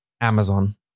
Amazon